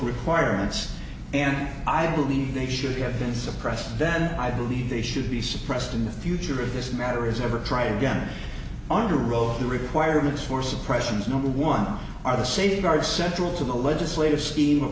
requirements and i believe they should have been suppressed then i believe this should be suppressed in the future of this matter is never tried again under rove the requirements for suppressions number one are the safeguards central to the legislative scheme of